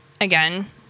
again